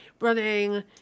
Running